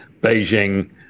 Beijing